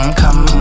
come